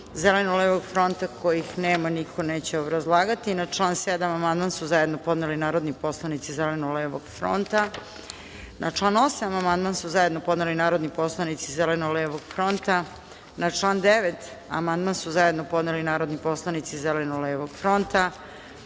Zeleno-levog fronta, kojih nema i niko neće obrazlagati. Na član 7. amandman su zajedno podneli narodni poslanici Zeleno-levog fronta. Na član 8. amandman su zajedno podneli narodni poslanici Zeleno-levog fronta. Na član 9. amandman su zajedno podneli narodni poslanici Zeleno-levog fronta. Na